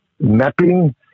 mapping